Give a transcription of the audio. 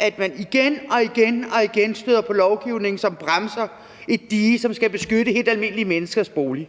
at man igen og igen og igen støder på lovgivning, som bremser et dige, som skal beskytte helt almindelige menneskers bolig,